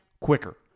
quicker